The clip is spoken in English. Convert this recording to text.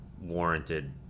warranted